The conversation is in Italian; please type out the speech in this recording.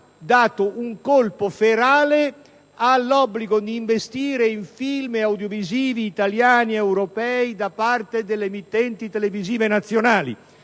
dato un colpo ferale all'obbligo di investire in film e audiovisivi italiani ed europei da parte delle emittenti televisive nazionali.